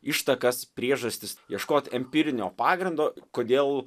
ištakas priežastis ieškot empirinio pagrindo kodėl